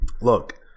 look